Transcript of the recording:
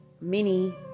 mini